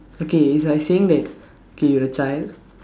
okay it's like saying that K you're a child